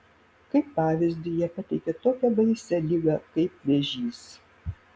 kaip pavyzdį jie pateikė tokią baisią ligą kaip vėžys